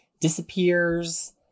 disappears